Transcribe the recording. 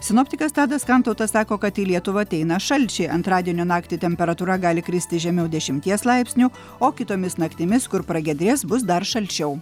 sinoptikas tadas kantautas sako kad į lietuvą ateina šalčiai antradienio naktį temperatūra gali kristi žemiau dešimties laipsnių o kitomis naktimis kur pragiedrės bus dar šalčiau